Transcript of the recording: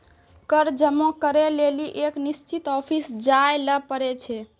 कर जमा करै लेली एक निश्चित ऑफिस जाय ल पड़ै छै